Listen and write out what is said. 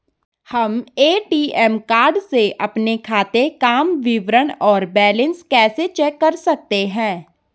हम ATM card से अपने खाते काम विवरण और बैलेंस कैसे चेक कर सकते हैं?